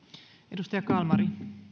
arvoisa